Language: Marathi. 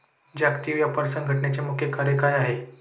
जागतिक व्यापार संघटचे मुख्य कार्य काय आहे?